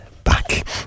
back